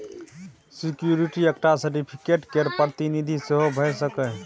security एकटा certificate केर प्रतिनिधि सेहो भ सकैए